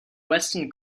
weston